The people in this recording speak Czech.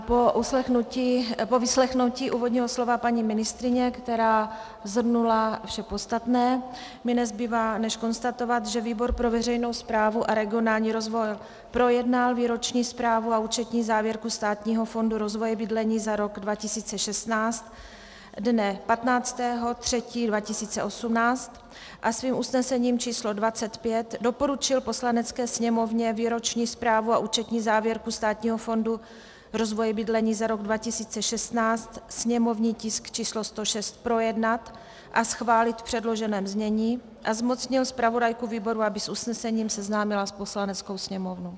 Po vyslechnutí úvodního slova paní ministryně, která shrnula vše podstatné, mi nezbývá než konstatovat, že výbor pro veřejnou správu a regionální rozvoj projednal Výroční zprávu a účetní závěrku Státního fondu rozvoje bydlení za rok 2016 dne 15. 3. 2018 a svým usnesením č. 25 doporučil Poslanecké sněmovně Výroční zprávu a účetní závěrku Státního fondu rozvoje bydlení za rok 2016, sněmovní tisk č. 106, projednat a schválit v předloženém znění a zmocnil zpravodajku výboru, aby s usnesením seznámila Poslaneckou sněmovnu.